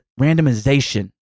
randomization